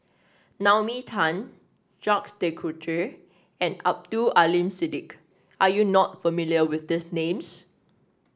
Naomi Tan Jacques De Coutre and Abdul Aleem Siddique are you not familiar with these names